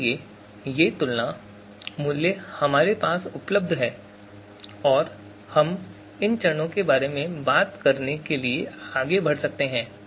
इसलिए ये तुलना मूल्य हमारे पास उपलब्ध हैं और हम इन चरणों के बारे में बात करने के लिए आगे बढ़ सकते हैं